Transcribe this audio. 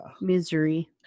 Misery